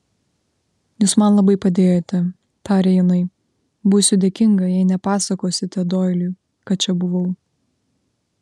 jūs man labai padėjote tarė jinai būsiu dėkinga jei nepasakosite doiliui kad čia buvau